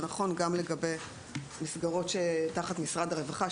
זה נכון גם לגבי מסגרות שנמצאות תחת משרד הרווחה,